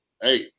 hey